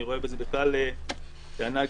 אני רואה בזה בכלל טענה גזענית,